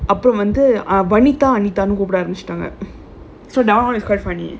அப்பறம் வந்து:ppurm vanthu vanitha anitha கூப்ட ஆரம்பிச்சுட்டாங்க:koopda aarambichuttaanga so now it is quite funny